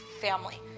family